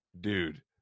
Dude